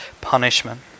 punishment